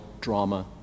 drama